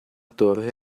torre